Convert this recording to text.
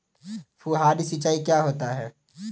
फुहारी सिंचाई क्या है?